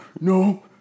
No